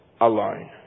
alone